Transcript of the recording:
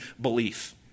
belief